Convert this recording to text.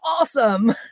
awesome